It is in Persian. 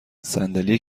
صندلی